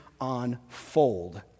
unfold